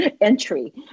entry